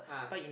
ah